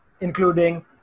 including